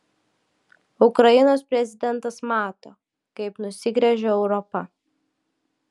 ukrainos prezidentas mato kaip nusigręžia europa